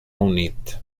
unit